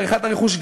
להערכת הרכוש,